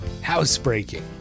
Housebreaking